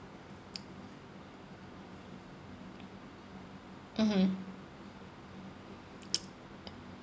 mmhmm